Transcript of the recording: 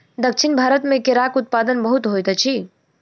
दक्षिण भारत मे केराक उत्पादन बहुत होइत अछि